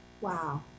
wow